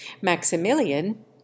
Maximilian